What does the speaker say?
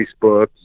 Facebook